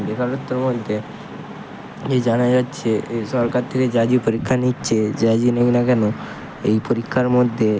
বেকারত্ব বলতে এই জানা যাচ্ছে এ সরকার থেকে যা যে পরীক্ষা নিচ্ছে জাজি নিক না কেন এই পরীক্ষার মধ্যে